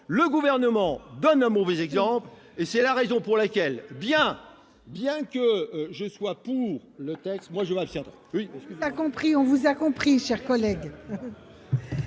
le Gouvernement donne un mauvais exemple ! C'est la raison pour laquelle, bien que je sois pour le texte,